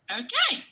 okay